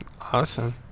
Awesome